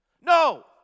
No